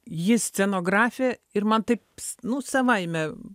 ji scenografė ir man taip nu savaime